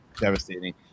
devastating